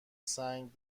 سنگ